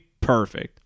perfect